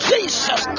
Jesus